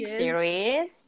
series